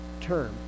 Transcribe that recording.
term